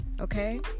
Okay